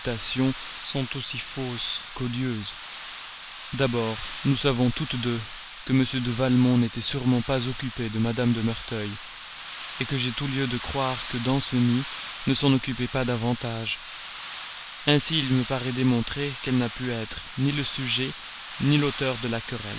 sont aussi fausses qu'odieuses d'abord nous savons toutes deux que m de valmont n'était sûrement pas occupé de madame de merteuil j'ai tout lieu de croire que danceny ne s'en occupait pas davantage ainsi il me paraît démontré qu'elle n'a pu être ni le sujet ni l'auteur de la querelle